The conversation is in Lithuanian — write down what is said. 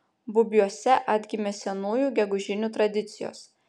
bubiuose atgimė senųjų gegužinių tradicijos